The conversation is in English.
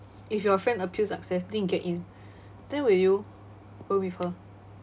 if your friend appeal success then get in then will you room with her